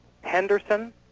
Henderson